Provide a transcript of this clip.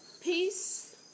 Peace